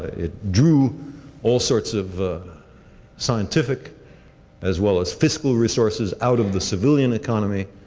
it drew all sorts of scientific as well as fiscal resources out of the civilian economy.